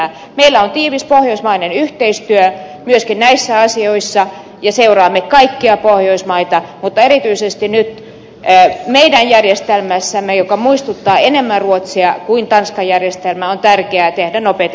meillä on tiivis pohjoismainen yhteistyö myöskin näissä asioissa ja seuraamme kaikkia pohjoismaita mutta erityisesti nyt meidän järjestelmässämme joka muistuttaa enemmän ruotsin kuin tanskan järjestelmää on tärkeää tehdä nopeita